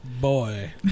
Boy